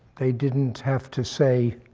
they didn't have to say,